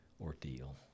ordeal